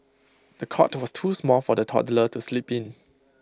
the cot was too small for the toddler to sleep in